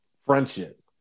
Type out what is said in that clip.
friendship